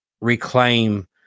reclaim